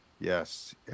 yes